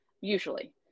usually